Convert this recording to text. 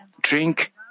drink